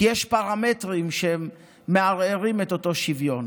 כי יש פרמטרים שמערערים את אותו שוויון.